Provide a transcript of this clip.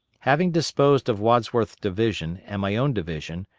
having disposed of wadsworth's division and my own division,